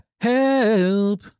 help